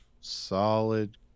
solid